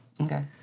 Okay